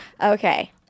okay